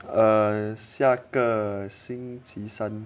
哦下个星期三